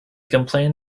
complained